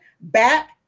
back